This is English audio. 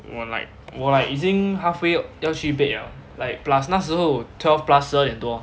我 like 我 like 已经 half way 要去 bed [liao] like plus 那时候 twelve plus 十二点多